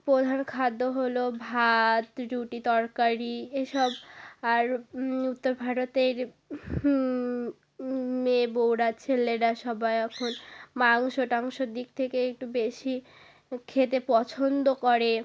প্রধান খাদ্য হলো ভাত রুটি তরকারি এই সব আর উত্তর ভারতের মেয়ে বউরা ছেলেরা সবাই এখন মাংস টাংসর দিক থেকে একটু বেশি খেতে পছন্দ করে